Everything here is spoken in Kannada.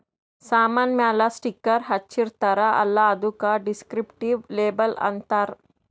ಸಾಮಾನ್ ಮ್ಯಾಲ ಸ್ಟಿಕ್ಕರ್ ಹಚ್ಚಿರ್ತಾರ್ ಅಲ್ಲ ಅದ್ದುಕ ದಿಸ್ಕ್ರಿಪ್ಟಿವ್ ಲೇಬಲ್ ಅಂತಾರ್